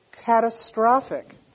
catastrophic